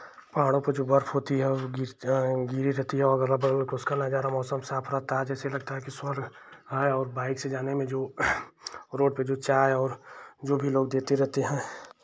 पहाड़ों पे जो बर्फ होती है वो गिरी रहती हैं और अग़ल बगल का उसका नज़ारा मौसम साफ रहता है जैसे लगता है स्वर्ग है और बाइक से जाने में जो रोड पे जो चाय और जो भी लोग देते रहते हैं